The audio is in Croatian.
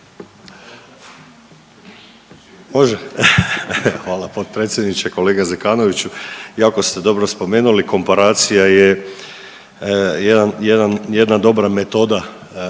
Hvala potpredsjedniče. Kolega Zekanoviću, jako ste dobro spomenuli komparacija je jedan, jedna dobra metoda da